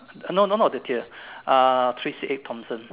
no no no not the tier uh three six eight Thomson